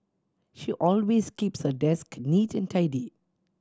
she always keeps her desk neat and tidy